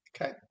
Okay